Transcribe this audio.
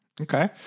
Okay